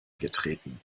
getreten